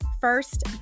First